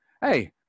Hey